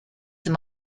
them